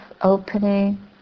opening